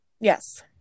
Yes